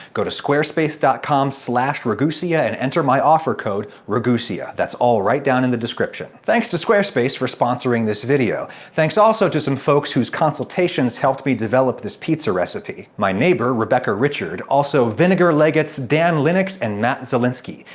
go to squarespace dot com slash ragusea and enter my offer code, ragusea. that's all right down in the description. thanks so squarespace for sponsoring this video. thanks also to some folks whose consultations helped me develop this pizza recipe my neighbor, rebecca richard, also vinegar legates dan linux and matt zielinski.